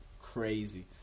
crazy